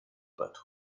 but